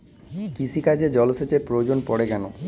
কৃষিকাজে জলসেচের প্রয়োজন পড়ে কেন?